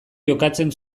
jokatzen